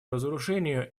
разоружению